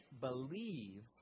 believe